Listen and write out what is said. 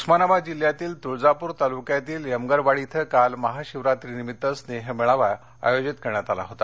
उस्मानाबाद जिल्ह्यातील तुळजापूर तालुक्यातील यमगरवाडी इथं काल महाशिवरात्री निमित्त स्नेह मेळावा आयोजित करण्यात आला होता